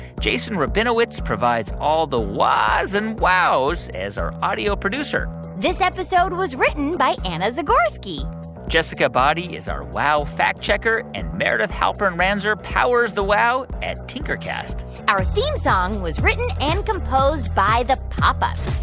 jason rabinowitz provides all the whaas and wows as our audio producer this episode was written by anna zagorski jessica boddy is our wow fact checker. and meredith halpern ranger powers the wow at tinkercast our theme song was written and composed by the pop ups.